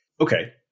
okay